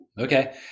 Okay